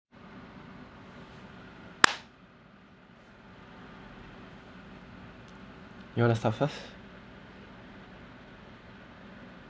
you want to start first